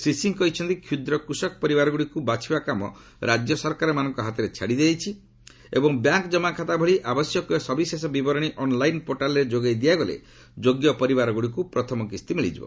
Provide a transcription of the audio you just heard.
ଶ୍ରୀ ସିଂହ କହିଛନ୍ତି କ୍ଷୁଦ୍ର କୃଷକ ପରିବାରକୁ ବାଛିବା କାମ ରାଜ୍ୟ ସରକାରମାନଙ୍କ ହାତରେ ଛାଡ଼ି ଦିଆଯାଇଛି ଏବଂ ବ୍ୟାଙ୍କ୍ ଜମାଖାତା ଭଳି ଆବଶ୍ୟକୀୟ ସବିଶେଷ ବିବରଣୀ ଅନ୍ଲାଇନ୍ ପୋର୍ଟାଲ୍ରେ ଯୋଗାଇ ଦିଆଗଲେ ଯୋଗ୍ୟ ପରିବାରଗୁଡ଼ିକୁ ପ୍ରଥମ କିସ୍ତି ମିଳିଯିବ